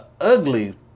ugly